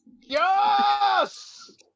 Yes